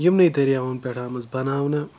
یِمنٕے دٔریاوَن پؠٹھ آمٕژ بَناونہٕ